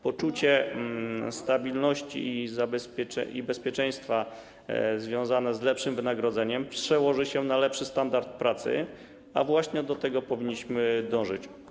Poczucie stabilności i bezpieczeństwa związane z lepszym wynagrodzeniem przełoży się na lepszy standard pracy, a właśnie do tego powinniśmy dążyć.